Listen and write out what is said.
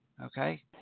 okay